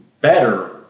better